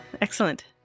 Excellent